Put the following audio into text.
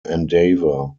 endeavour